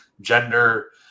gender